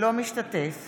אינו משתתף